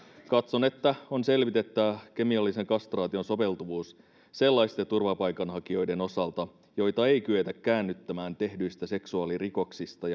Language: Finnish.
katson että on selvitettävä kemiallisen kastraation soveltuvuus sellaisten turvapaikanhakijoiden osalta joita ei kyetä käännyttämään tehdyistä seksuaalirikoksista